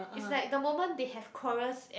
is like the moment they have quarrels and